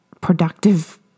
productive